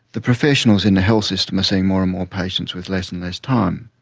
the professionals in the health system are seeing more and more patients with less and less time.